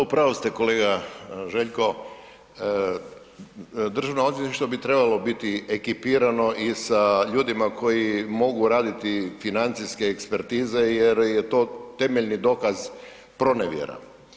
Da, u pravu ste kolega Željko, Državno odvjetništvo bi trebalo biti ekipirano i sa ljudima koji mogu raditi financijske ekspertize jer je to temeljni dokaz pronevjera.